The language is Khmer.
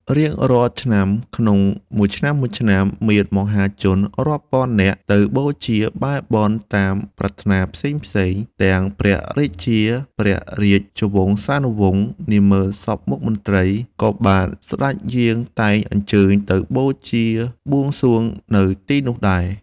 រៀងរាល់ឆ្នាំក្នុងមួយឆ្នាំៗ មានមហាជនរាប់ពាន់នាក់ ទៅបូជា បែរបន់ តាមប្រាថ្នាផេ្សងៗ ទាំងព្រះរាជាព្រះរាជវង្សានុវង្ស នាម៉ឺនសព្វមុខមន្រ្តី ក៏បានសេ្តចយាង តែងអញ្ជើញទៅបូជាបួងសួងនៅទីនោះដែរ។